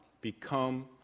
Become